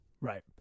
Right